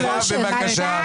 מירב, בבקשה.